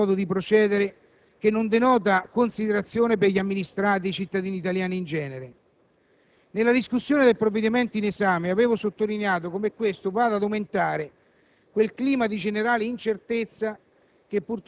Ma abbiamo molte volte criticato questo vostro assurdo modo di procedere che non denota considerazione per gli amministrati e i cittadini italiani in genere. Nella discussione del provvedimento in esame avevo sottolineato come questo vada ad aumentare